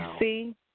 see